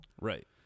Right